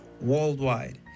worldwide